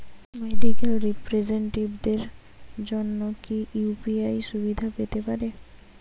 Medical রিপ্রেজন্টেটিভদের জন্য কি ইউ.পি.আই সুবিধা পেতে পারে?